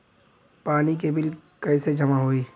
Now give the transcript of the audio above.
पानी के बिल कैसे जमा होयी?